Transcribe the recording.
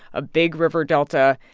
a big river delta.